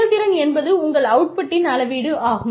செயல்திறன் என்பது உங்கள் அவுட்புட்டின் அளவீடு ஆகும்